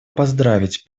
поздравить